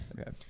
Okay